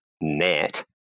net